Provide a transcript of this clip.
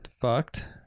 fucked